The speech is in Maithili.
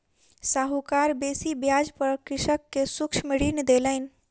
साहूकार बेसी ब्याज पर कृषक के सूक्ष्म ऋण देलैन